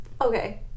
Okay